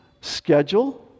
schedule